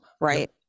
Right